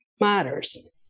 Matters